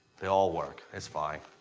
they all work, it's fine.